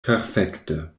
perfekte